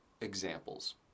examples